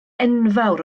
enfawr